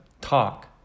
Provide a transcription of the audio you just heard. talk